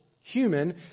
human